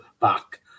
back